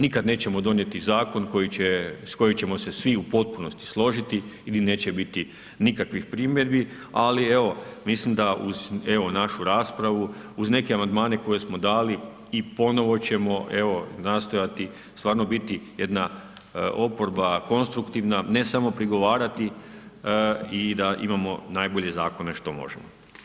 Nikad nećemo donijeti zakon koji će, s kojim ćemo se svi u potpunosti složiti i gdje neće biti nikakvih primjedbi, ali evo, mislim da uz evo, našu raspravu, uz neke amandmane koje smo dali i ponovo ćemo, evo, nastojati stvarno biti jedna oporba konstruktivna, ne samo prigovarati i da imamo najbolje zakone što možemo.